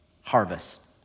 harvest